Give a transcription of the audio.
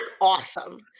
awesome